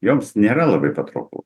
joms nėra labai patrauklu